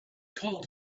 called